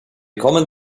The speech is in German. kommen